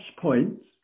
points